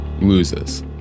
loses